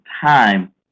time